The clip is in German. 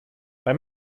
beim